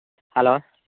hello